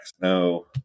No